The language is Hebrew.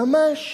ממש